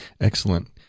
Excellent